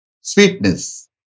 Sweetness